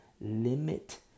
limit